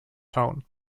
town